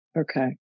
okay